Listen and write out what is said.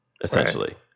essentially